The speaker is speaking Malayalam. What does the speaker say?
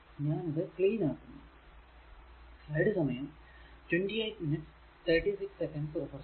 ഞാൻ ഇത് ക്ലീൻ ആക്കുന്നു